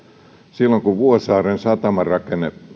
silloin kun vuosaaren satamarata